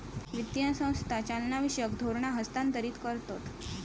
वित्तीय संस्था चालनाविषयक धोरणा हस्थांतरीत करतत